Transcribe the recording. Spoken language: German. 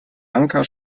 anker